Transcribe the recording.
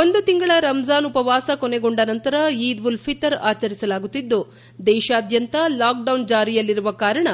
ಒಂದು ತಿಂಗಳ ರಂಜಾನ್ ಉಪವಾಸ ಕೊನೆಗೊಂಡ ನಂತರ ಈದ್ ಉಲ್ ಫಿತರ್ ಆಚರಿಸಲಾಗುತ್ತಿದ್ದು ದೇಶಾದ್ಯಂತ ಲಾಕ್ಡೌನ್ ಜಾರಿಯಲ್ಲಿರುವ ಕಾರಣ